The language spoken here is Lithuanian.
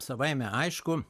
savaime aišku